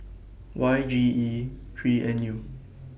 Y G E three N U